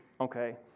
Okay